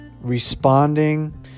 responding